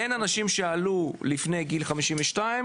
אין אנשים שעלו לפני גיל 52,